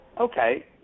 Okay